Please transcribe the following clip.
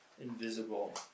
invisible